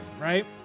right